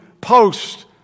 post